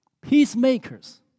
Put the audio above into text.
Peacemakers